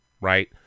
right